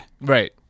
Right